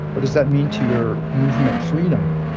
what does that mean to your movement freedom?